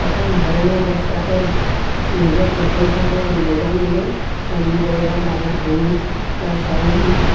প্ৰথম সৰু অৱস্থাতে নিজে খুচৰি খাব নেজানিলে ব্ৰইলাৰ দানা আনি বা চাউল